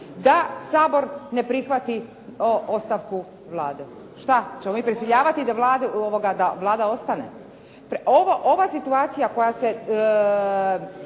da Sabor ne prihvati ostavku Vlade. Šta ćemo mi prisiljavati da Vlada ostane? Ova situacija koja se